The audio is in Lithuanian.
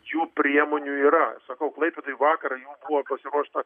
jų priemonių yra aš sakau klaipėdoj vakar jų buvo pasiruošta